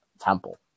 Temple